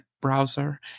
browser